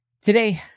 Today